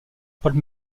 paul